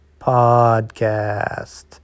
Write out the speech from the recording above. podcast